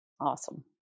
Awesome